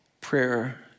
Prayer